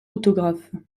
autographe